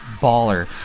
baller